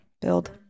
build